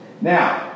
Now